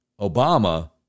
Obama